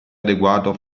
adeguato